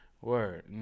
Word